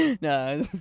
No